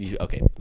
Okay